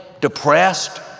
depressed